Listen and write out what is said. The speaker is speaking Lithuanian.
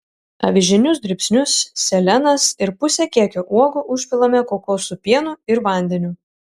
avižinius dribsnius sėlenas ir pusę kiekio uogų užpilame kokosų pienu ir vandeniu